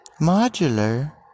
Modular